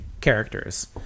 characters